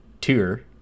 Tour